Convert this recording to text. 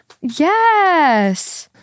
Yes